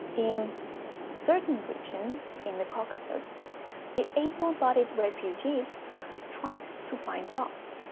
in certain regions in the caucasus the able-bodied refugees tried to find jobs,